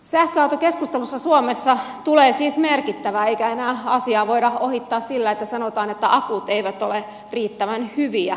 sähköautokeskustelusta suomessa tulee siis merkittävä eikä enää asiaa voida ohittaa sillä että sanotaan että akut eivät ole riittävän hyviä